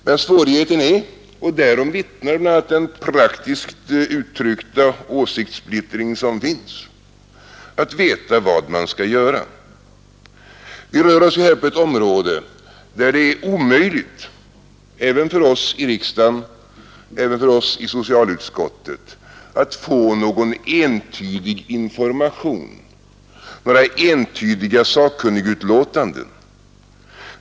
Men svårigheten är — och därom vittnar bl.a. den praktiskt uttryckta åsiktssplittring som finns — att veta vad man skall göra. Vi rör oss här på ett område där det är omöjligt — även för oss i riksdagen, även för oss i socialutskottet — att få någon entydig information, några entydiga sakkunnigutlåtanden.